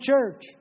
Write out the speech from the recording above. church